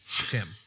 Tim